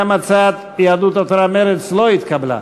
גם הצעת יהדות התורה, מרצ לא התקבלה.